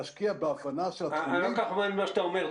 להשקיע בהבנה --- אני לא כל כך מבין מה שאתה אומר,